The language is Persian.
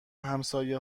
همسایه